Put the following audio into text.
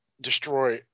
destroy